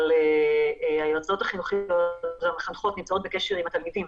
אבל היועצות החינוכיות והמחנכות נמצאות בקשר עם התלמידים.